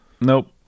nope